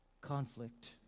conflict